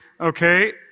okay